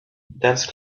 dense